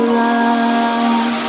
love